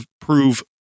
prove